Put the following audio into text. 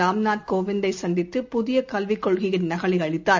ராம்நாத் கோவிந்தைசந்தித்து புதியகல்விக் கொள்கையின் நகலைஅளித்தார்